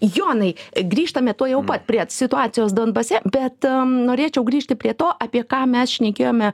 jonai grįžtame tuojau pat prie situacijos donbase bet norėčiau grįžti prie to apie ką mes šnekėjome